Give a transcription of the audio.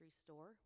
store